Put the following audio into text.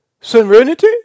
serenity